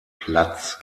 platz